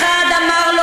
בלי שאף אחד אמר לו,